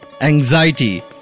anxiety